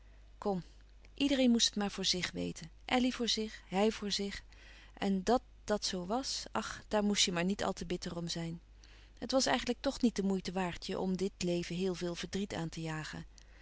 kom iedereen moest het maar voor zich weten elly voor zich hij voor zich en dàt dat zoo was ach daar moest je maar niet al te bitter om zijn het was eigenlijk toch niet de moeite waard je om dt leven heel veel verdriet aan te jagen